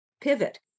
pivot